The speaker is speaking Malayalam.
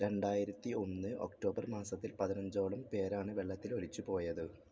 രണ്ടായിരത്തി ഒന്ന് ഒക്ടോബർ മാസത്തിൽ പതിനഞ്ചോളം പേരാണ് വെള്ളത്തിൽ ഒലിച്ചുപോയത്